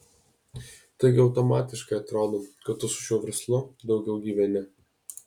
taigi automatiškai atrodo kad tu su šiuo verslu daugiau gyveni